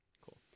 cool